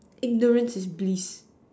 ignorance is bliss